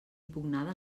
impugnada